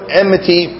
enmity